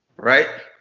right?